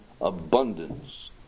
abundance